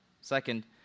second